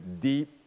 deep